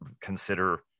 consider